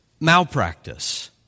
malpractice